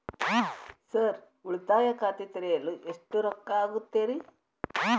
Sir ಉಳಿತಾಯ ಖಾತೆ ತೆರೆಯಲು ಎಷ್ಟು ರೊಕ್ಕಾ ಆಗುತ್ತೇರಿ?